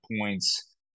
points